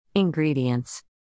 Ingredients